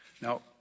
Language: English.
Now